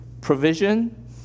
provision